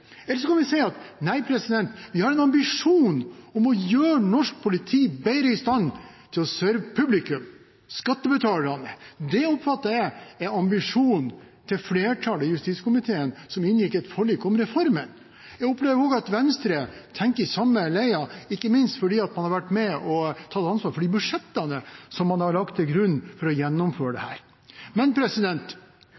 Eller vi kan si at nei, vi har en ambisjon om å gjøre norsk politi bedre i stand til å serve publikum – skattebetalerne. Det oppfatter jeg er ambisjonen til flertallet i justiskomiteen, som inngikk et forlik om reformen. Jeg opplever også at Venstre tenker i samme leia, ikke minst fordi de har vært med og tatt ansvar for de budsjettene som man har lagt til grunn for å gjennomføre dette. Men det